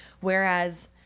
Whereas